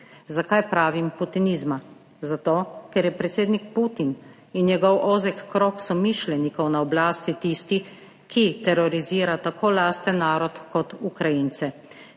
Zakaj pravim putinizma? Zato, ker je predsednik Putin in njegov ozek krog somišljenikov na oblasti tisti, ki terorizira tako lasten narod kot Ukrajince,